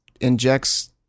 injects